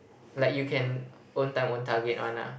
like you can own time own target one lah